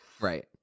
Right